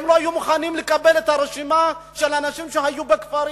הם לא היו מוכנים לקבל את הרשימה של אנשים שהיו בכפרים.